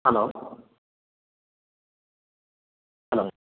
hello hello